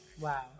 Wow